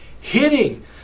hitting